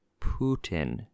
putin